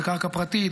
כשזאת קרקע פרטית,